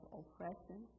oppression